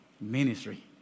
Ministry